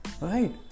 right